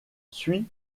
suit